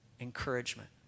encouragement